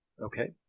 Okay